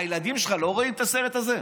הילדים שלך לא רואים את הסרט הזה?